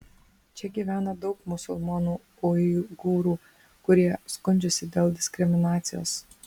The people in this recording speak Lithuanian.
čia gyvena daug musulmonų uigūrų kurie skundžiasi dėl diskriminacijos